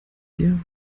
dir